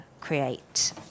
create